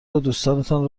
بادوستانتان